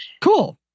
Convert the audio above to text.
Cool